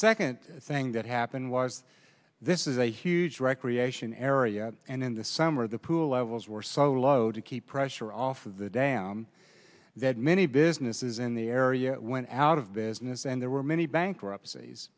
second thing that happened was this is a huge recreation area and in the summer the pool levels were so low to keep pressure off of the dam that many businesses in the area went out of business and there were many bankruptcies